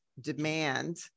demand